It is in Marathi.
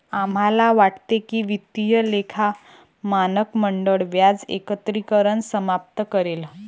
आम्हाला वाटते की वित्तीय लेखा मानक मंडळ व्याज एकत्रीकरण समाप्त करेल